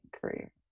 career